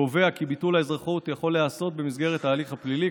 קובע כי ביטול האזרחות יכול להיעשות במסגרת ההליך הפלילי,